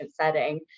setting